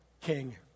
king